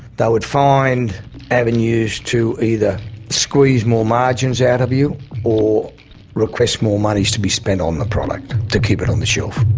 would find avenues to either squeeze more margins out of you or request more money to be spent on the product to keep it on the shelf.